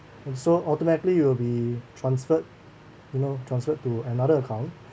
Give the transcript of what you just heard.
and so automatically it'll be transferred you know transferred to another account